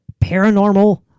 paranormal